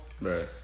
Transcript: Right